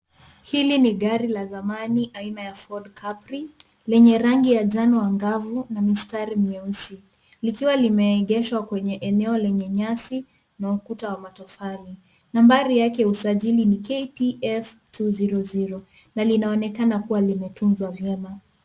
Hili ni gari la zamani aina ya (cs)Ford Carpri(cs). Lenye rangi ya jano angavu na mistari myeusi. Likiwa limeegeshwa kwenye eneo lenye nyasi na ukuta wa matofali. Nambari yake ya usajili ni KPF 200 na linaonekana kuwa limetunzwa vyema.